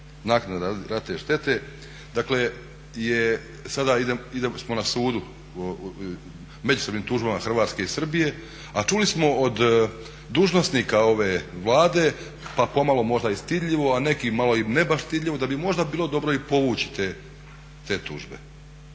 Naknada ratne štete. Dakle sada smo na sudu međusobnim tužbama Hrvatske i Srbije, a čuli smo od dužnosnika ove Vlade pa pomalo možda i stidljivo, a neki malo i ne baš stidljivo, da bi možda bilo dobro i povući te tužbe.